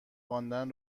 خواندن